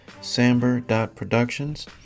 samber.productions